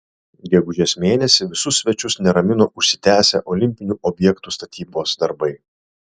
gegužės mėnesį visus svečius neramino užsitęsę olimpinių objektų statybos darbai